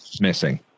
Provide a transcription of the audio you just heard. missing